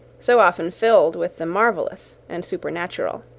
so often filled with the marvellous and supernatural.